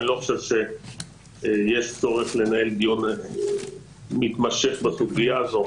אני לא חושב שיש צורך לנהל דיון מתמשך בסוגיה הזו.